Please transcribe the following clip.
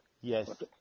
Yes